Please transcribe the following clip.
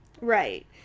Right